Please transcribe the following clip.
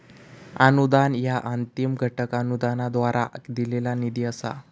अनुदान ह्या अंतिम घटक अनुदानाद्वारा दिलेला निधी असा